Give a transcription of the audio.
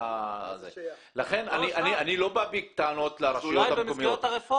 לכן אני לא בא בטעות לרשויות המקומיות.